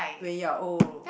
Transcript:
when you're old